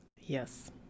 Yes